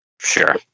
Sure